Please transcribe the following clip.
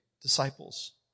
disciples